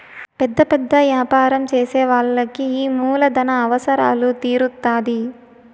పెద్ద పెద్ద యాపారం చేసే వాళ్ళకి ఈ మూలధన అవసరాలు తీరుత్తాధి